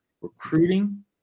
recruiting